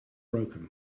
broken